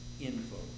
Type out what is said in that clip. info